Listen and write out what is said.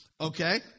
okay